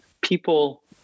people